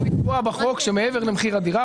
צריך לקבוע בחוק שמעבר למחיר הדירה,